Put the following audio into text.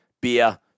beer